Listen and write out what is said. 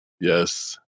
Yes